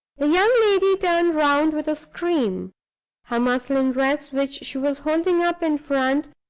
the young lady turned round, with a scream her muslin dress, which she was holding up in front,